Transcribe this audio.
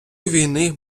війни